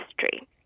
history